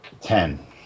Ten